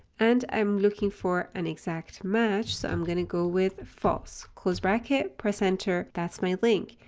and i'm looking for an exact match, so i'm going to go with false. close bracket, press enter, that's my link.